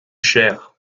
chère